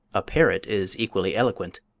a parrot is equally eloquent.